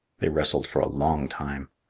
they wrestled for a long time.